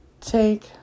Take